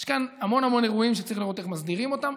יש כאן המון המון אירועים שצריך לראות איך מסדירים אותם.